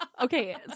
Okay